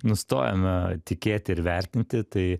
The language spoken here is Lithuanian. nustojome tikėti ir vertinti tai